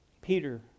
Peter